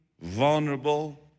vulnerable